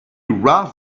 right